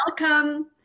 Welcome